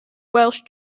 welsh